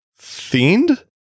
themed